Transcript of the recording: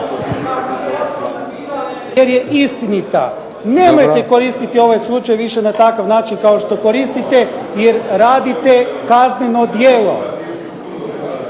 Jer je istinita. Nemojte koristiti ovaj slučaj više na takav način, kao što koristite, jer radite kazneno djelo.